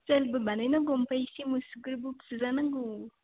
स्टाइलबो बानायनांगौ ओमफाय एसे मुसुगुरबो फुजानांगौ